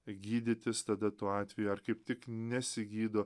gydytis tada tuo atveju ar kaip tik nesigydo